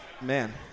Man